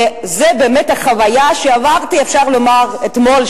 ואפשר לומר שזו באמת החוויה שעברתי אתמול,